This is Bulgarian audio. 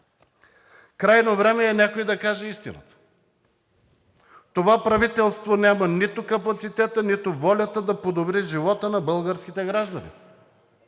Крайно време е някой да каже истината: това правителство няма нито капацитета, нито волята да подобри живота на българските граждани.